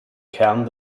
kern